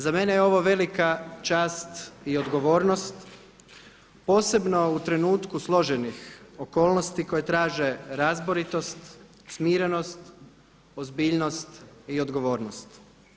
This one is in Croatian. Za mene je ovo velika čast i odgovornost posebno u trenutku složenih okolnosti koje traže razboritost, smirenost, ozbiljnost i odgovornost.